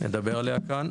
נדבר עליה כאן.